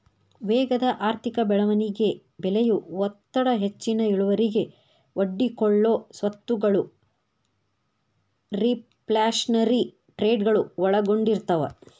ವೇಗದ ಆರ್ಥಿಕ ಬೆಳವಣಿಗೆ ಬೆಲೆಯ ಒತ್ತಡ ಹೆಚ್ಚಿನ ಇಳುವರಿಗೆ ಒಡ್ಡಿಕೊಳ್ಳೊ ಸ್ವತ್ತಗಳು ರಿಫ್ಲ್ಯಾಶನರಿ ಟ್ರೇಡಗಳು ಒಳಗೊಂಡಿರ್ತವ